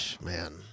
man